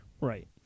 Right